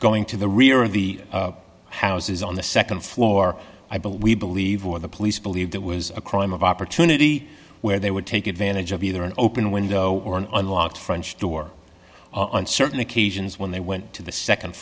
going to the rear of the houses on the nd floor i believe we believe where the police believed that was a crime of opportunity where they would take advantage of either an open window or an unlocked french door on certain occasions when they went to the